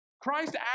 Christ